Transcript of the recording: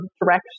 direction